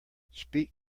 speak